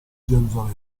gerusalemme